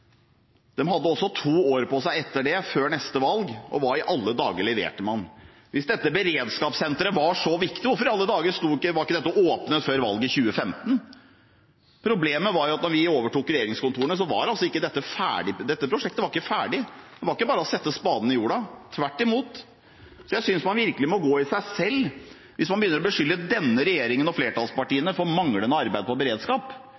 hadde også to år på seg etter det, før neste valg, og hva i alle dager leverte man? Hvis dette beredskapssenteret var så viktig, hvorfor i alle dager var det ikke åpnet før valget i 2015? Problemet var jo at da vi overtok regjeringskontorene, var altså ikke dette prosjektet ferdig, det var ikke bare å sette spaden i jorda – tvert imot. Jeg synes man virkelig må gå i seg selv hvis man begynner å beskylde denne regjeringen og flertallspartiene for manglende arbeid på beredskap.